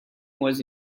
was